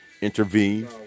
intervene